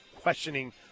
questioning